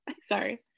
Sorry